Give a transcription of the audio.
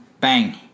bang